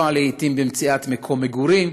לעיתים סיוע במציאת מקום מגורים,